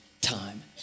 time